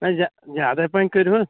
نہَ جا زیادَے پَہَن کٔرۍہوٗس